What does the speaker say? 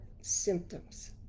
symptoms